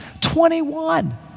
Twenty-one